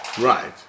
Right